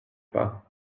pas